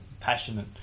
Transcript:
passionate